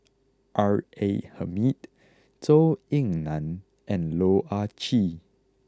R A Hamid Zhou Ying Nan and Loh Ah Chee